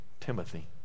Timothy